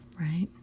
Right